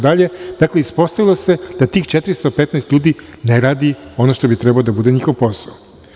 Dakle, ispostavilo se da tih 415 ljudi ne radi ono što bi trebalo da bude njihov posao.